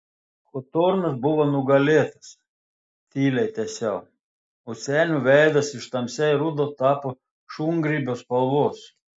hotornas buvo nugalėtas tyliai tęsiau o senio veidas iš tamsiai rudo tapo šungrybio spalvos